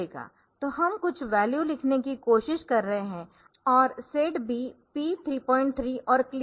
तो हम कुछ वैल्यू लिखने की कोशिश कर रहे है और SETB P33 और क्लियर P33 Clear P33